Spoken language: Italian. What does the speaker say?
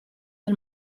del